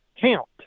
count